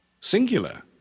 singular